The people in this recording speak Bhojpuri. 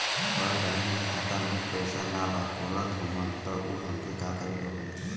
पर बैंक मे खाता मे पयीसा ना बा बोलत हउँव तब हमके का करे के होहीं?